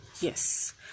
Yes